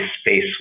space